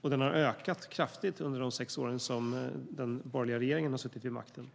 och har ökat kraftigt under de sex år som den borgerliga regeringen har suttit vid makten.